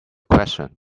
question